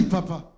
Papa